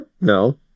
No